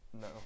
No